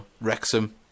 Wrexham